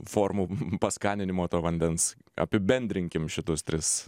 formų paskaninimo to vandens apibendrinkim šitus tris